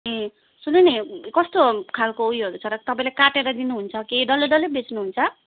ए सुन्नु नि कस्तो खाल्को उयोहरू छ र तपाईँले काटेर दिनुहुन्छ कि डल्लै डल्लै बेच्नुहुन्छ